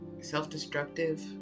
self-destructive